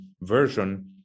version